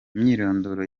imyirondoro